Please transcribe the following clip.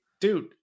dude